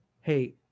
hey